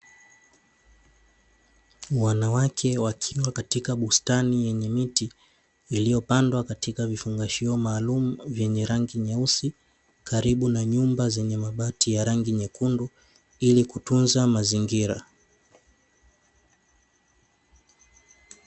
Wanawake wakiwa katika bustani yenye miti iliyopandwa katika vifungashio maalumu vyenye rangi nyeusi karibu na nyumba zenye mabati ya rangi ya nyekundu ili kutunza mazingira.